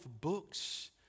books